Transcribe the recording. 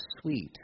sweet